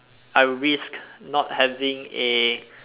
I will risk not having a